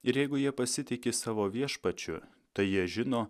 ir jeigu jie pasitiki savo viešpačiu tai jie žino